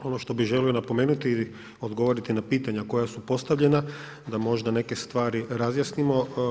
Ono što bih želio napomenuti i odgovoriti na pitanja koja su postavljena da možda neke stvari razjasnimo.